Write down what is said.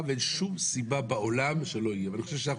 ואין שום סיבה בעולם שלא יהיו פה.